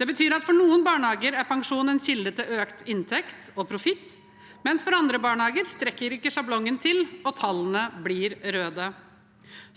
Det betyr at for noen barnehager er pensjon en kilde til økt inntekt og profitt, mens for andre strekker ikke sjablongen til, og tallene blir røde.